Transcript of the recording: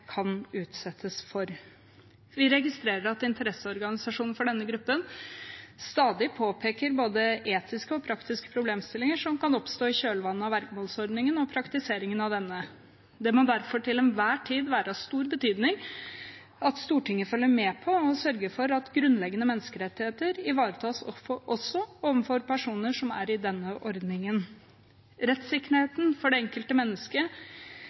kan utsettes for. Vi registrerer at interesseorganisasjonen for denne gruppen stadig påpeker både etiske og praktiske problemstillinger som kan oppstå i kjølvannet av vergemålsordningen og praktiseringen av denne. Det må derfor til enhver tid være av stor betydning at Stortinget følger med på og sørger for at grunnleggende menneskerettigheter ivaretas også overfor personer som er i denne ordningen. Rettssikkerheten for det enkelte